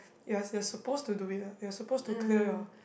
you're you're supposed to do it lah you're supposed to clear your